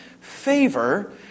favor